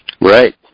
Right